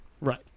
Right